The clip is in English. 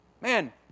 Man